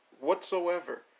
whatsoever